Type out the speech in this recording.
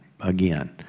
again